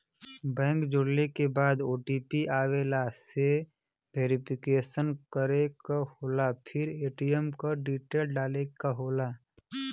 bank जोड़ले के बाद ओ.टी.पी आवेला से वेरिफिकेशन करे क होला फिर ए.टी.एम क डिटेल डाले क होला